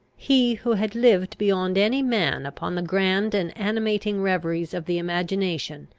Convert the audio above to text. he who had lived beyond any man upon the grand and animating reveries of the imagination,